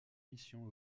missions